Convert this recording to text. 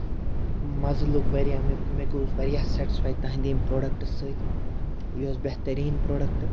مَزٕ لوٚگ واریاہ مےٚ مےٚ گوٚس واریاہ سیٹٕسفےَ تُہٕنٛدۍ پرٛوڈَکٹہٕ سۭتۍ یہِ اوس بہتریٖن پرٛوڈَکٹہٕ